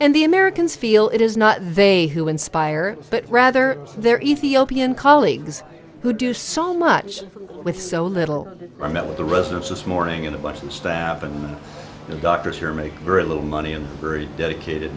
and the americans feel it is not they who inspire but rather their ethiopian colleagues who do so much with so little i met with the residents this morning in a bunch of staff and the doctors here make very little money and very dedicated